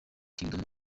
kingdom